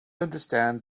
understand